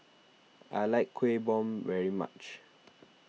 I like Kuih Bom very much